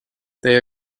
they